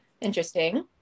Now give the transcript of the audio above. Interesting